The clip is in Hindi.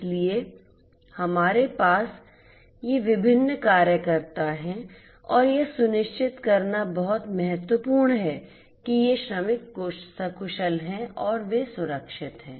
इसलिए हमारे पास ये विभिन्न कार्यकर्ता हैं और यह सुनिश्चित करना बहुत महत्वपूर्ण है कि ये श्रमिक सकुशल हैं और वे सुरक्षित हैं